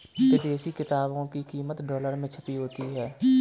विदेशी किताबों की कीमत डॉलर में छपी होती है